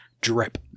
drip